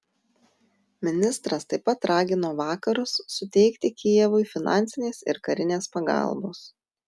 ministras taip pat ragino vakarus suteikti kijevui finansinės ir karinės pagalbos